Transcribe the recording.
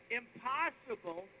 impossible